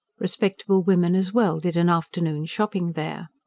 respectable women as well did an afternoon's shopping there.